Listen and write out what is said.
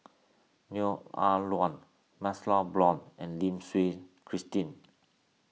Neo Ah Luan MaxLe Blond and Lim Christine